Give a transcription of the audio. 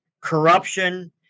corruption